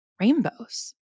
rainbows